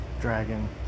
dragon